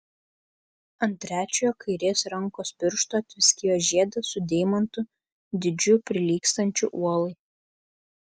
ant trečiojo kairės rankos piršto tviskėjo žiedas su deimantu dydžiu prilygstančiu uolai